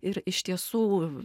ir iš tiesų